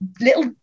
little